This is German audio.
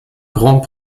grand